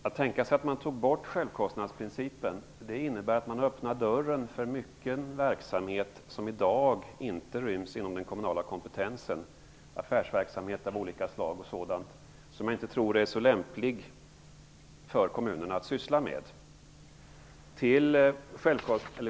Att tänka sig att man tar bort självkostnadsprincipen innebär att man öppnar dörren för mycket verksamhet som i dag inte ryms inom den kommunala kompetensen, affärsverksamhet av olika slag och sådant, som jag inte tror är så lämplig för kommunerna att syssla med.